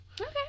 okay